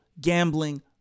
gambling